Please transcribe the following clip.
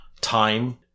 time